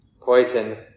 poison